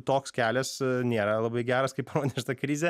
toks kelias nėra labai geras kaip rodė šita krizė